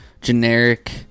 generic